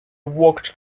worked